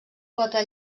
quatre